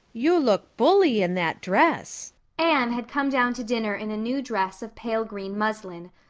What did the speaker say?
you look bully in that dress. anne had come down to dinner in a new dress of pale green muslin.